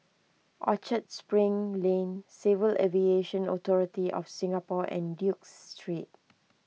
Orchard Spring Lane Civil Aviation Authority of Singapore and Duke Street